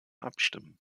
abstimmen